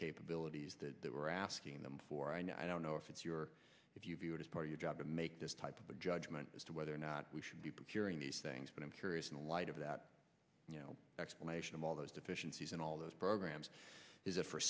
capabilities that they were asking them for i know i don't know if it's your if you view it as part of your job to make this type of a judgment as to whether or not we should be preparing these things but i'm curious in light of that you know explanation of all those deficiencies and all those programs is it for